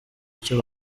icyo